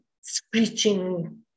screeching